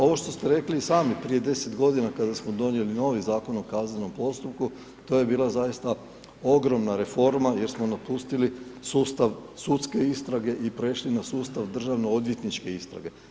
Ovo što ste rekli i sami prije 10 g. kada smo donijeli novi Zakon o kaznenom postupku, to je bila zaista ogromna reforma jer smo napustili sustav sudske istrage i prešli na sustav državno odvjetničke istrage.